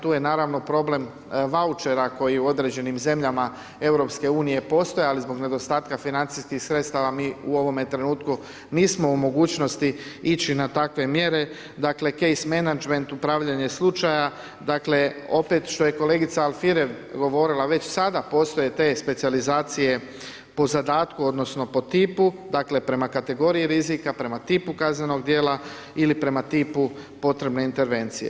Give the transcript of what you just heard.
Tu je naravno problem vaučera, koji je u određenim zemljama EU postoji, ali zbog nedostatka financijskih sredstava, mi u ovome trenutku nismo u mogućnosti ići na takve mjere, dakle, case Management upravljanje slučaja, dakle, opet što je kolegica Alfirev govorila već sada postoje te specijalizacije po zadatku, odnosno, po tipu, dakle po kategoriji rizika, prema tipu kaznenih dijela ili prema tipu potrebne intervencije.